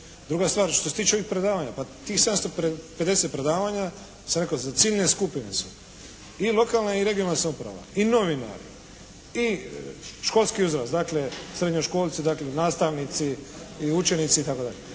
Druga stvar što se tiče ovih predavanja. Pa tih 750 predavanja ja sam rekao za ciljne skupine su, i lokalna i regionalna samouprava, i novinari, i školski uzrast, dakle srednjoškolci, nastavnici i učenici itd.